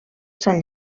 sant